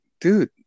dude